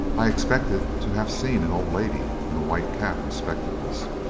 i expected to have seen an old lady in a white cap and spectacles,